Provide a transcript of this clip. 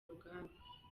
urugamba